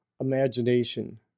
imagination